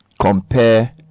compare